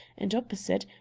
and opposite,